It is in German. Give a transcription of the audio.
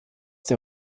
der